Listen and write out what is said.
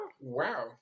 Wow